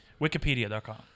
Wikipedia.com